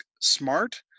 smart